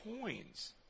coins